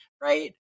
right